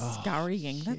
scurrying